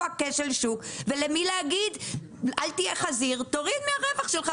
הכשל שוק ולמי להגיד 'אל תהיה חזיר תוריד מהרווח שלך',